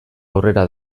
aurrera